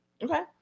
Okay